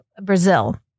Brazil